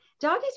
Doggies